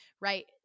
right